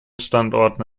standorten